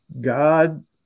God